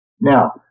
Now